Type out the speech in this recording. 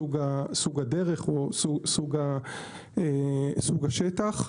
סוג השטח,